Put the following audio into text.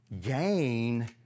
gain